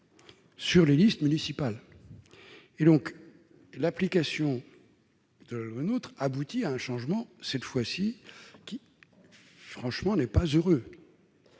sur les listes municipales et donc l'application de Le nôtre, aboutit à un changement cette fois-ci, qui franchement n'est pas heureuse,